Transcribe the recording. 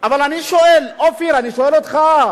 אבל אני שואל, אופיר, אני שואל אותך: